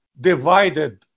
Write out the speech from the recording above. divided